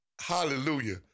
Hallelujah